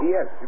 Yes